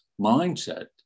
mindset